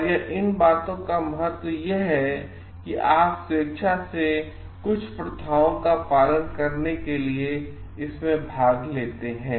और यह इन बातों का महत्व यह है कि आप स्वेच्छा से कुछ प्रथाओं का पालन करके इसमें भाग लेते हैं